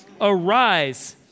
Arise